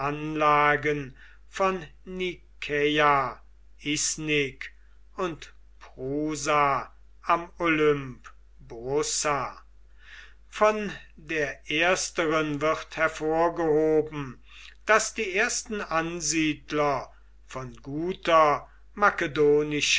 anlagen von nikäa isnik und prusa am olymp brussa von der ersteren wird hervorgehoben daß die ersten ansiedler von guter